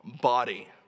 body